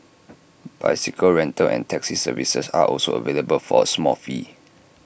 bicycle rental and taxi services are also available for A small fee